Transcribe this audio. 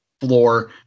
floor